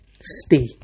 Stay